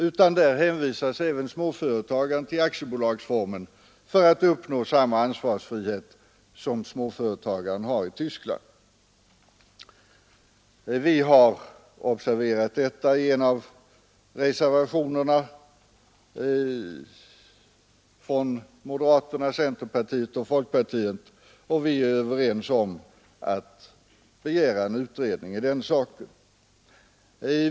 Här hänvisas även småföretagaren till aktiebolagsformen för att uppnå samma ansvarsfrihet som småföretagaren har i Tyskland. Vi har framhållit detta i en av reservationerna från moderata samlingspartiet, centerpartiet och folkpartiet, och vi är överens om att begära en utredning om den saken.